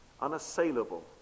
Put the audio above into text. unassailable